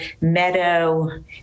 meadow